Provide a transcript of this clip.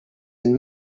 and